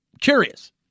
curious